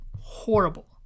horrible